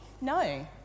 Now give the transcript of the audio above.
No